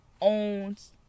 owns